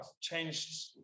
changed